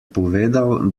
povedal